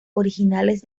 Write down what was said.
originales